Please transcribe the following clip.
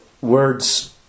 words